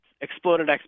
exploded